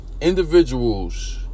individuals